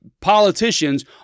politicians